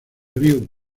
río